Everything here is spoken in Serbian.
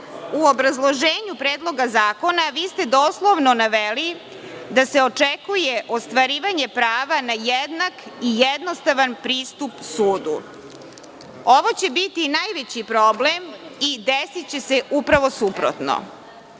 u obrazloženju Predloga zakona vi ste doslovno naveli da se očekuje ostvarivanje prava na jednak i jednostavan pristup sudu. Ovo će biti najveći problem i desiće se upravo suprotno. Novom